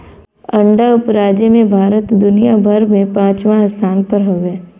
अंडा उपराजे में भारत दुनिया भर में पचवां स्थान पर हउवे